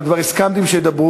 אבל כבר הסכמתי שהם ידברו.